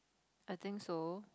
I think so